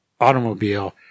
automobile